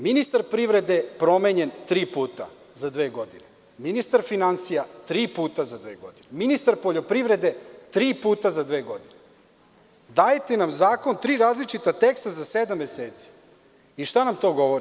Ministar privrede promenjen tri puta za dve godine, ministar finansija tri puta za dve godine, ministar poljoprivrede tri puta za dve godine, dajete nam zakon, tri različita teksta za sedam meseci i šta nam to govori?